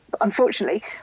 unfortunately